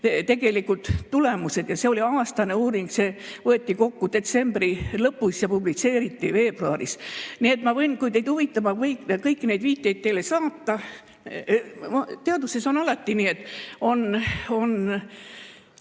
tegelikud tulemused. See oli aastane uuring, mis võeti kokku detsembri lõpus ja publitseeriti veebruaris. Nii et ma võin, kui teid huvitab, kõik need viited teile saata. Teaduses on alati nii, et on